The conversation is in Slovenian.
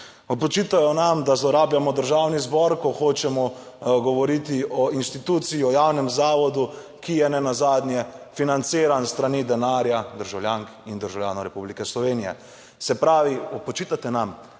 Očitajo nam, da zlorabljamo Državni zbor, ko hočemo govoriti o instituciji, o javnem zavodu, ki je nenazadnje financiran s strani denarja državljank in državljanov Republike Slovenije. Se pravi, očitate nam,